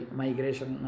migration